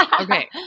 okay